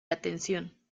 atención